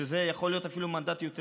שזה יכול להיות אפילו מנדט יותר,